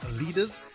leaders